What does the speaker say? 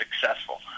successful